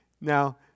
Now